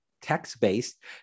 text-based